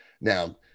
Now